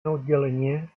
oddelenie